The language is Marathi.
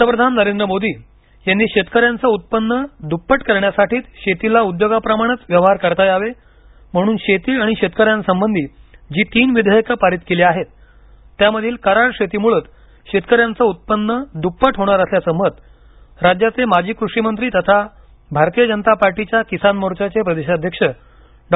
पंतप्रधान नरेंद्र मोदी यांनी शेतकऱ्यांच उत्पन्न दुप्पट करण्यासाठीच शेतीला उद्योगा प्रमाणेच व्यवहार करता यावे म्हणुन शेती आणि शेतकऱ्या संबधी जी तीन विधेयके पारित केली आहेत त्यामधील करार शेतीमुळेच शेतकऱ्यांच उत्पन्न दुप्पट होणार असल्याचं मत राज्याचे माजी कृषी मंत्री तथा भारतीय जनता पार्टीच्या किसान मोर्चाचे प्रदेशाध्यक्ष डॉ